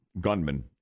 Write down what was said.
gunman